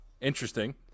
interesting